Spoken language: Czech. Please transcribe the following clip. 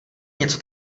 něco